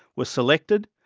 were selected,